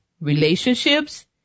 relationships